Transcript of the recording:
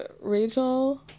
Rachel